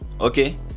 okay